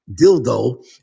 dildo